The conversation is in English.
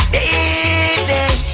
Baby